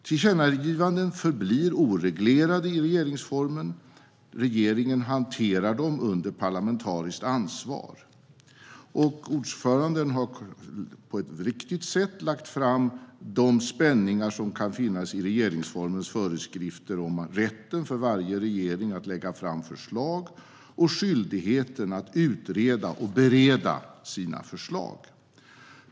Tillkännagivanden förblir oreglerade i regeringsformen. Regeringen hanterar dem under parlamentariskt ansvar. Ordföranden har på ett riktigt sätt lagt fram de spänningar som kan finnas i regeringsformens föreskrifter om rätten för varje regering att lägga fram förslag och skyldigheten att utreda och bereda dessa förslag.